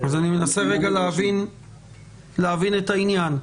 אני מנסה להבין את העניין.